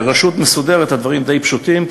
ברשות מסודרת הדברים די פשוטים,